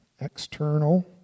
External